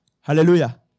Hallelujah